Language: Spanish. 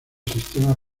sistemas